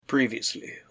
Previously